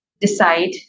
decide